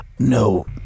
No